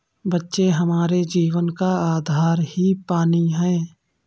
बच्चों हमारे जीवन का आधार ही पानी हैं